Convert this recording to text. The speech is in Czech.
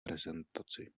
prezentaci